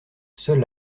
seule